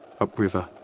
upriver